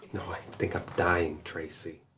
no i think i'm dying tracy.